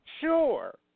Sure